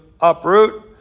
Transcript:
uproot